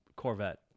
corvette